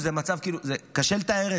קשה לתאר את זה.